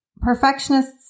Perfectionists